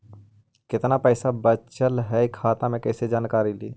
कतना पैसा बचल है खाता मे कैसे जानकारी ली?